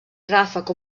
ràfec